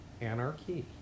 anarchy